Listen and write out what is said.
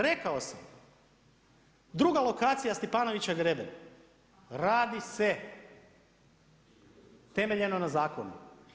Rekao sam, druga lokacija, Stipanovića Grede, radi se, temeljeno na zakonu.